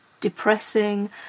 depressing